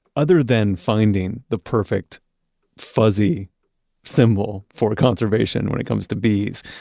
other than finding the perfect fuzzy symbol for conservation when it comes to bees,